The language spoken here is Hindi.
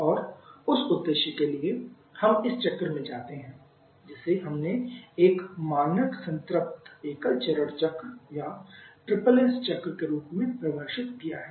और उस उद्देश्य के लिए हम इस चक्र में जाते हैं जिसे हमने एक मानक संतृप्त एकल चरण चक्र या SSS चक्र के रूप में परिभाषित किया है